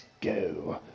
go